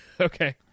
Okay